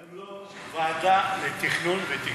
הם לא ועדה לתכנון ותקצוב,